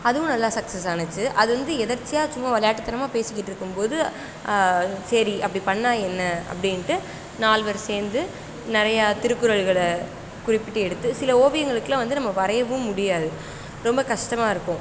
அதுவும் நல்லா சக்ஸஸ் ஆச்சு அது வந்து எதேர்ச்சியா சும்மா விளையாட்டுத்தனமாக பேசிக்கிட்டு இருக்கும் போது சரி அப்படி பண்ணிணா என்ன அப்படின்ட்டு நால்வர் சேர்ந்து நிறையா திருக்குறள்களை குறிப்பிட்டு எடுத்து சில ஓவியங்களுக்கெல்லாம் வந்து நம்ம வரையவும் முடியாது ரொம்ப கஷ்டமாக இருக்கும்